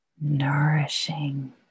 nourishing